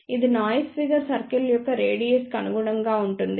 ఇది nice figure circle యొక్క radius కి అనుగుణంగా ఉంటుంది